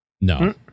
no